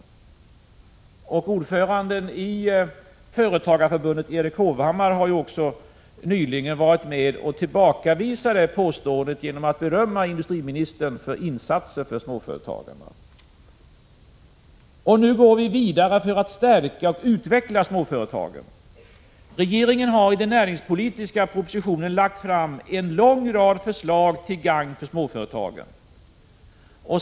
Dessutom har ordföranden i Företagareförbundet Erik Hovhammar nyligen varit med om att tillbakavisa dessa påståenden genom att berömma industriministern för insatser för småföretagarna. Nu går vi vidare för att stärka och utveckla småföretagen. Regeringen har i den näringspolitiska propositionen lagt fram en lång rad förslag till gagn för småföretagen.